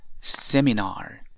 seminar